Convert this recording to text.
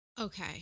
okay